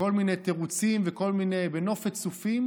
בכל מיני תירוצים ובנופת צופים,